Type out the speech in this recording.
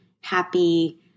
happy